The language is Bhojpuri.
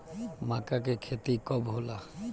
माका के खेती कब होला?